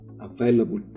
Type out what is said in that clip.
available